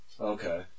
Okay